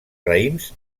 raïms